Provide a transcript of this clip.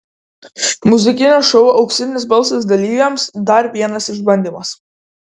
muzikinio šou auksinis balsas dalyviams dar vienas išbandymas